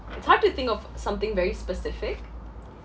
it's hard to think of something very specific